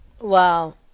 wow